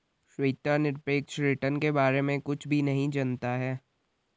श्वेता निरपेक्ष रिटर्न के बारे में कुछ भी नहीं जनता है